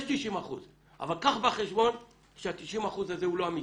יש 90% אבל קח בחשבון שה-90% הזה הוא לא אמיתי,